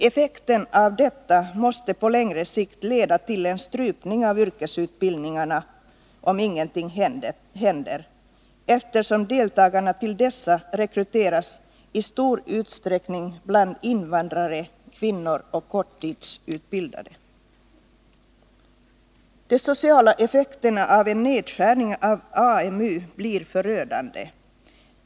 Effekten av detta måste på längre sikt leda till en strypning av yrkesutbildningarna om ingenting händer, eftersom deltagarna i dessa i stor utsträckning rekryteras bland invandrare, kvinnor och korttidsutbildade. De sociala effekterna av en nedskärning av AMU blir förödande.